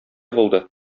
булды